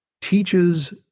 teaches